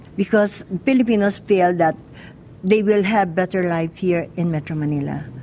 because filipinos feel that they will have better life here in metro manila.